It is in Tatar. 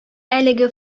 әлеге